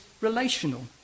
relational